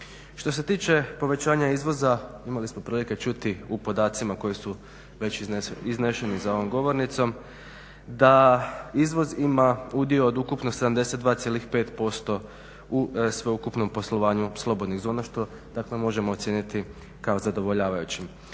Što se tiče povećanja izvoza imali smo prilike čuti u podacima koji su već izneseni za ovom govornicom da izvoz ima udio od ukupno 72,5% u sveukupnom poslovanju slobodnih zona što dakle možemo ocijeniti kao zadovoljavajućim.